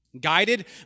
Guided